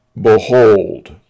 Behold